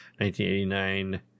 1989